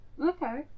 Okay